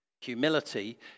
Humility